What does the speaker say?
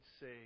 say